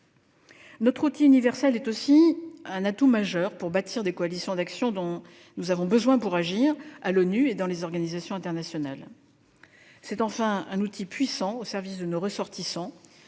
Notre outil universel est aussi un atout majeur pour bâtir les coalitions d'action dont nous avons besoin pour agir, à l'ONU et dans les organisations internationales. C'est enfin un outil puissant au service de nos ressortissants,